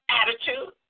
attitude